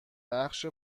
بخش